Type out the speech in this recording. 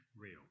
real